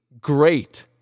great